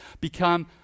become